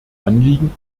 anliegen